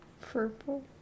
purple